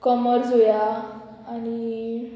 कुमार जुंया आनी